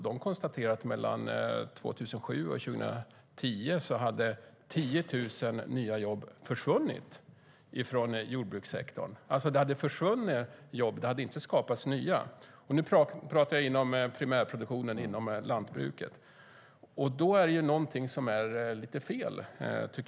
De konstaterar att mellan 2007 och 2010 hade 10 000 jobb försvunnit från jordbrukssektorn. Det hade alltså försvunnit jobb, och det hade inte skapats nya. Nu talar jag om primärproduktionen inom lantbruket. Då tycker jag att det är någonting som är lite fel.